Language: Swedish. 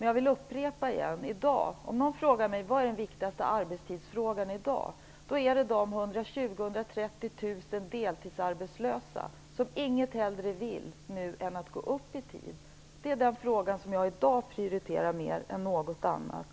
Jag vill upprepa: Om någon frågar mig vad den viktigaste arbetstidsfrågan är i dag, svarar jag att det är att hjälpa de 120 000 eller 130 000 deltidsarbetslösa som inget hellre vill än att gå upp i tid. Det är den fråga som jag i dag prioriterar mer än något annat.